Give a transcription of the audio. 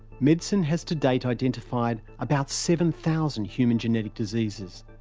medicine has to date identified about seven thousand human genetic diseases.